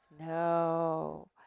No